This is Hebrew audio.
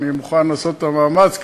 אני מוכן לעשות את המאמץ,